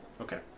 Okay